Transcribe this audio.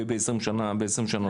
בעשרים שנים הקרובות.